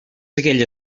aquella